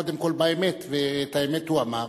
השר מחויב קודם כול באמת, ואת האמת הוא אמר.